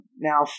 now